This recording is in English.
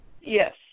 Yes